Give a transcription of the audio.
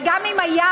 וגם אם היו,